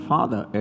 Father